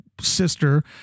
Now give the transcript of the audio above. sister